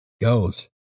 goes